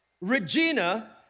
Regina